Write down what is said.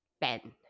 Ben